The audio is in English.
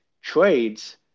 trades